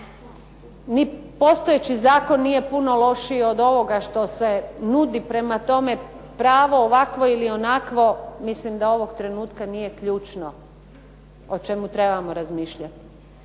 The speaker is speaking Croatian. postojeći zakon nije puno lošiji od ovoga što se nudi, prema tome, pravo ovakvo ili onakvo, mislim da ovog trenutka nije ključno o čemu trebamo razmišljati.